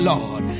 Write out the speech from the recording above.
Lord